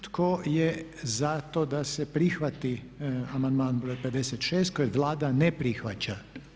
Tko je za to da se prihvati amandman br. 56. kojeg Vlada ne prihvaća?